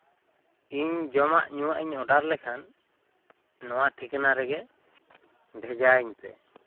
ᱤᱧ ᱡᱚᱢᱟᱜ ᱧᱩᱣᱟᱜ ᱚᱰᱟᱨ ᱞᱮᱠᱷᱟᱱ ᱱᱚᱣᱟ ᱴᱷᱤᱠᱟᱱᱟ ᱨᱮᱜᱮ ᱵᱷᱮᱡᱟ ᱤᱧ ᱯᱮ